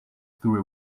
through